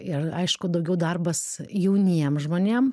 ir aišku daugiau darbas jauniem žmonėm